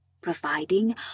providing